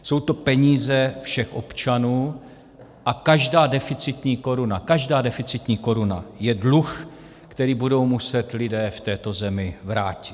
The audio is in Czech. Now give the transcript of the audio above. Jsou to peníze všech občanů a každá deficitní koruna, každá deficitní koruna je dluh, který budou muset lidé v této zemi vrátit.